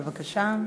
בבקשה.